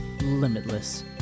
limitless